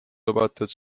lubatud